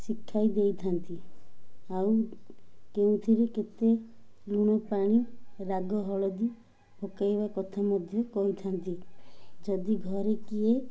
ଶିଖାଇ ଦେଇଥାନ୍ତି ଆଉ କେଉଁଥିରେ କେତେ ଲୁଣ ପାଣି ରାଗ ହଳଦୀ ପକେଇବା କଥା ମଧ୍ୟ କହିଥାନ୍ତି ଯଦି ଘରେ କିଏ